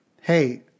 hey